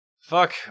Fuck